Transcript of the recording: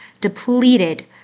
depleted